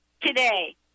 today